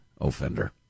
offender